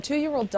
TWO-YEAR-OLD